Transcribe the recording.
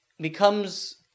becomes